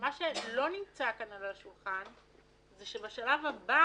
אבל מה שלא נמצא כאן על השולחן זה שבשלב הבא